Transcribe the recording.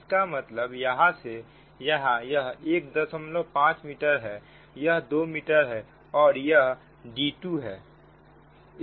इसका मतलब यहां से यहां यह 15 मीटर है यह 2 मीटर है और यह d2 है